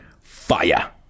Fire